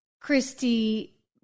Christy